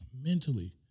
mentally